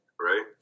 right